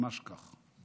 ממש כך.